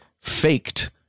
faked